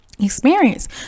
experience